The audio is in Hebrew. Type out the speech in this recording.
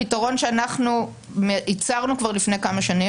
הפתרון שאנחנו ייצרנו כבר לפני כמה שנים,